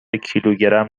کیلومتر